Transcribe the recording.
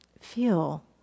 feel